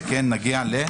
מה הבא?